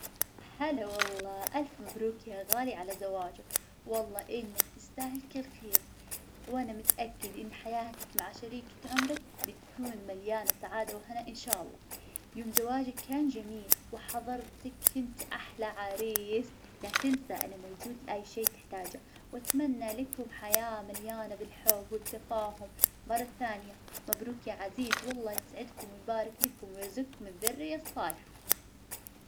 هلا والله، ألف مبروك يا غالي على زواجك، والله إنك تستاهل كل خير، وأنا متأكد إن حياتك مع شريكة عمرك بتكون مليانة سعادة وهنا إن شاء الله. يوم زواجك كان جميل وحظرتك كنت أحلى عريس. لا تنسى أنا موجود لأي شي تحتاجه، وأتمنى لكم حياة مليانة بالحب والتفاهم. مرة ثانية مبروك يا عزيز، والله يسعدكم ويبارك لكم ويرزقكم الذرية الصالحة.